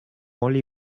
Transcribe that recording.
oli